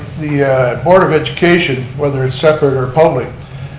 the board of education, whether it's separate or public,